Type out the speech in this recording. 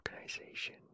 organization